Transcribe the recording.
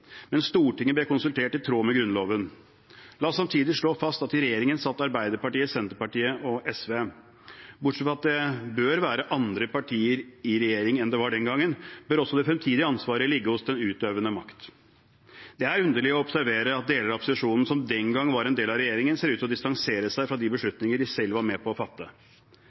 men Stortinget ble konsultert i tråd med Grunnloven. La oss samtidig slå fast at i regjeringen satt Arbeiderpartiet, Senterpartiet og SV. Bortsett fra at det bør være andre partier i regjering enn det var den gangen, bør også det fremtidige ansvaret ligge hos den utøvende makt. Det er underlig å observere at deler av opposisjonen, som den gang var en del av regjeringen, ser ut til å distansere seg fra de beslutninger de selv var med på å fatte.